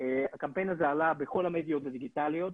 הקמפיין הזה עלה בכל המדיות הדיגיטליות,